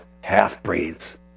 half-breeds